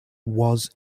was